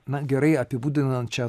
na gerai apibūdinančią